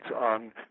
on